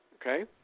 okay